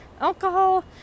alcohol